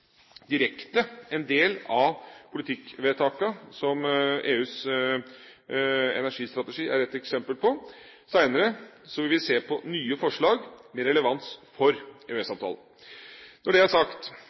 direkte en del av politikkvedtakene om EUs energistrategi. Senere vil vi se på nye forslag med relevans for